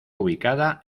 ubicada